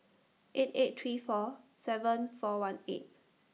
eight eight three four seven four one eight